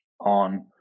on